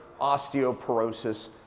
osteoporosis